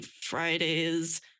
fridays